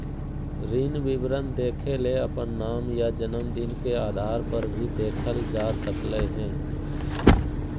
ऋण विवरण देखेले अपन नाम या जनम दिन के आधारपर भी देखल जा सकलय हें